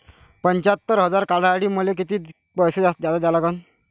पंच्यात्तर हजार काढासाठी मले कितीक पैसे जादा द्या लागन?